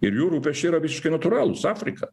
ir jų rūpesčiai yra visiškai natūralūs afrika